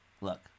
look